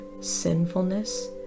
sinfulness